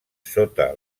sota